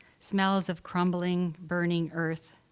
smells of crumbling, burning earth,